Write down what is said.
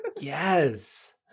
Yes